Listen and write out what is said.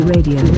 Radio